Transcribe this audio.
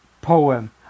poem